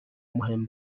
مهم